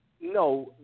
no